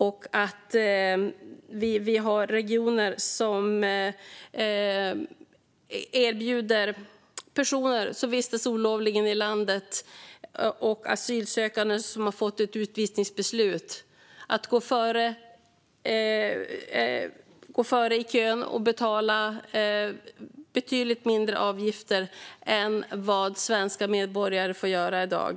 Är det rättvist att regioner erbjuder personer som vistas olovligen i landet och asylsökande som har fått ett utvisningsbeslut att gå före i kön och betala betydligt lägre avgifter än vad svenska medborgare får göra i dag?